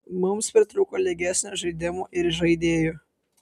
mums pritrūko lygesnio žaidimo ir žaidėjų